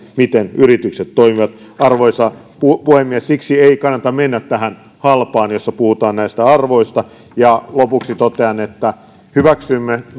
miten yritykset toimivat arvoisa puhemies siksi ei kannata mennä tähän halpaan jossa puhutaan näistä arvoista lopuksi totean että hyväksymme me